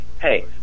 hey